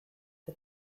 the